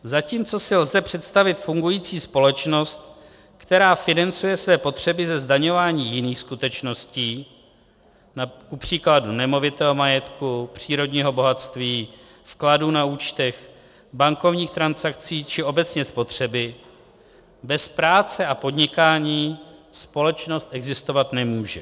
Zatímco si lze představit fungující společnost, která financuje svoje potřeby ze zdaňování jiných skutečností, kupříkladu nemovitého majetku, přírodního bohatství, vkladu na účtech, bankovních transakcí či obecně spotřeby, bez práce a podnikání společnost existovat nemůže.